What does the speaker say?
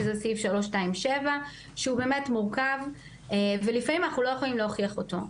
שזה סעיף 327 שהוא באמת מורכב ולפעמים אנחנו לא יכולים להוכיח אותו,